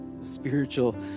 Spiritual